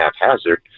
haphazard